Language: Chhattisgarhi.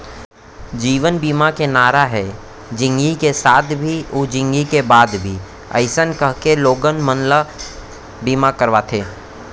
जीवन बीमा के नारा हे जिनगी के साथ भी अउ जिनगी के बाद भी अइसन कहिके लोगन मन ल बीमा करवाथे